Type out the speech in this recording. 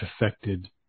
affected